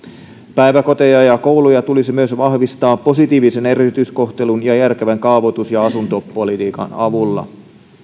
päiväkoteja ja kouluja tulisi myös vahvistaa positiivisen erityiskohtelun ja järkevän kaavoitus ja asuntopolitiikan avulla